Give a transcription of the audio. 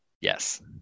yes